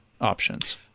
options